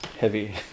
Heavy